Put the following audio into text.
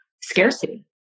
scarcity